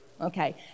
okay